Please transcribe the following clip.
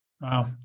Wow